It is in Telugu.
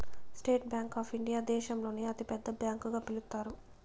స్టేట్ బ్యాంక్ ఆప్ ఇండియా దేశంలోనే అతి పెద్ద బ్యాంకు గా పిలుత్తారు